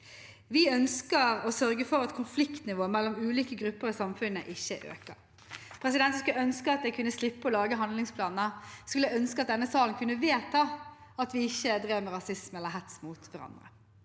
Vi ønsker å sørge for at konfliktnivået mellom ulike grupper i samfunnet ikke øker. Jeg skulle ønske at jeg kunne slippe å lage handlingsplaner. Jeg skulle ønske at denne salen kunne vedta at vi ikke skal drive med rasisme eller hets mot hverandre.